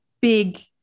big